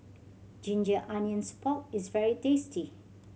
ginger onions pork is very tasty